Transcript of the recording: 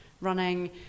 running